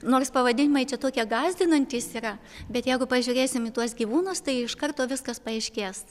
nors pavadinimai čia tokie gąsdinantys yra bet jeigu pažiūrėsim į tuos gyvūnus tai iš karto viskas paaiškės